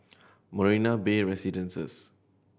Marina Bay Residences